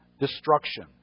destruction